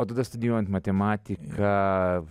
o tada studijuojant matematiką